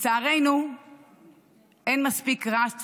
לצערנו אין מספיק רעש ציבורי.